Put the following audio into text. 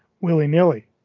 willy-nilly